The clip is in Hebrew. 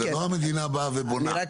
זה לא המדינה באה ובונה.